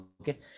Okay